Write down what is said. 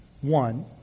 One